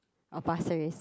or Pasir-Ris